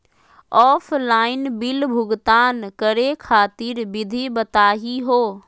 Offline bill भुगतान करे खातिर विधि बताही हो?